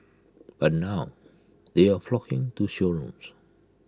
but now they are flocking to showrooms